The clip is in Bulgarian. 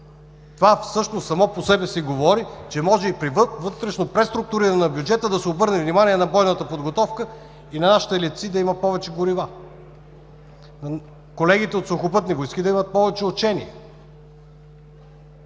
Това само по себе си говори, че и при вътрешно преструктуриране на бюджета може да се обърне внимание на бойната подготовка и на нашите летци – да има повече горива, колегите от Сухопътни войски да имат повече учения,